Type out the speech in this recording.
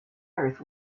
earth